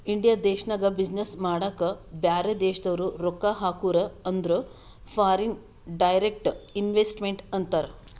India ದೇಶ್ನಾಗ business ಮಾಡಾಕ ಬ್ಯಾರೆ ದೇಶದವ್ರು ರೊಕ್ಕಾ ಹಾಕುರ್ ಅಂದುರ್ ಫಾರಿನ್ ಡೈರೆಕ್ಟ್ ಇನ್ವೆಸ್ಟ್ಮೆಂಟ್ ಅಂತಾರ್